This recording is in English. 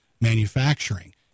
Manufacturing